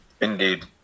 Indeed